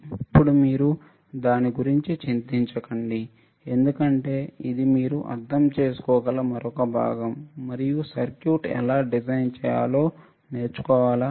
ఇప్పుడు మీరు దాని గురించి చింతించకండి ఎందుకంటే ఇది మీరు అర్థం చేసుకోగల మరొక భాగం మరియు సర్క్యూట్ ఎలా డిజైన్ చేయాలో నేర్చుకోవాలా